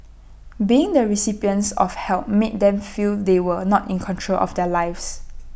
being the recipients of help made them feel they were not in control of their lives